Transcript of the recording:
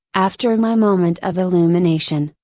after my moment of illumination,